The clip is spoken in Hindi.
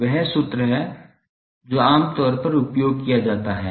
तो यह वह सूत्र है जो आमतौर पर उपयोग किया जाता है